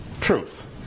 truth